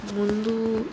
ముందు